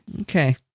Okay